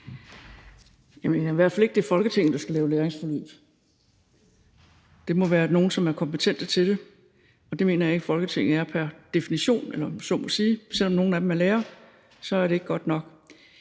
Jeg mener i hvert fald ikke, det er Folketinget, der skal lave læringsforløb. Det må være nogle, som er kompetente til det, og det mener jeg ikke Folketinget er pr. definition, om jeg så må sige. Selv om nogle af dem er lærere, er det ikke godt nok